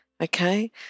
Okay